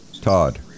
Todd